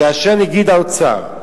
כאשר נגיד בנק ישראל,